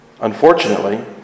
Unfortunately